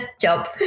job